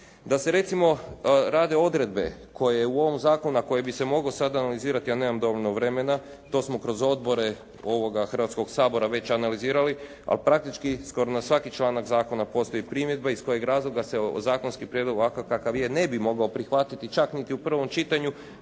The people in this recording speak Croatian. Da se recimo rade odredbe koje u ovom zakonu a koje bi se moglo sada analizirati, ja nemam dovoljno vremena. To smo kroz odbore Hrvatskoga sabora već analizirali ali praktički skoro na svaki članak zakon postoji primjedba iz kojeg razloga se zakonski prijedlog ovakav kakav je ne bi mogao prihvatiti čak niti u prvom čitanju